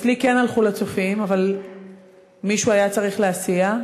אצלי כן הלכו ל"צופים", אבל מישהו היה צריך להסיע,